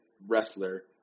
wrestler